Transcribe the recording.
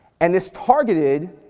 and this targeted